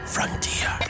Frontier